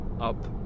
up